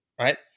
right